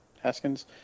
Haskins